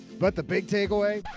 but the big takeaway,